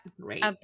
great